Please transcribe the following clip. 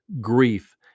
grief